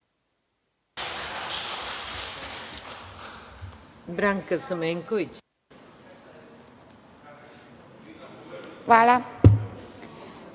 Hvala